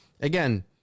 again